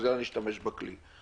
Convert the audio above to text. אז נשתמש בכלי.